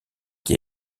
qui